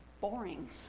boring